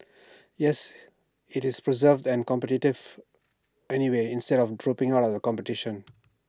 yes IT is persevered and anyway instead of dropping out of the competition